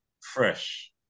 fresh